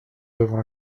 devant